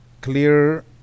clear